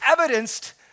evidenced